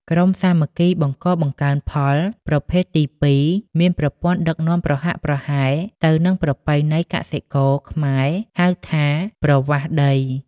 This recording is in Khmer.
ក្រុមសាមគ្គីបង្កបង្កើនផលប្រភេទទី២ មានប្រព័ន្ធដឹកនាំប្រហាក់ប្រហែលទៅនឹងប្រពៃណីកសិករខ្មែរហៅថា "ប្រវាសដី"។